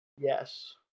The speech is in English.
yes